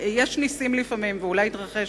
יש נסים לפעמים, ואולי יתרחש